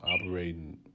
operating